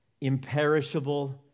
imperishable